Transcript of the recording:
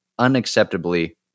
unacceptably